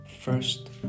first